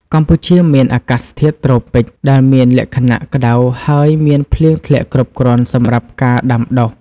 កម្ពុជាមានអាកាសធាតុ ត្រូពិច ដែលមានលក្ខណៈក្តៅហើយមានភ្លៀងធ្លាក់គ្រប់គ្រាន់សម្រាប់ការដាំដុះ។